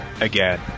Again